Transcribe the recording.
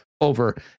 over